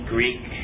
Greek